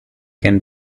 can